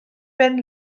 ben